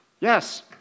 Yes